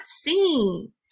seen